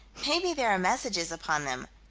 maybe there are messages upon them.